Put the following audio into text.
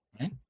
right